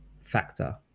factor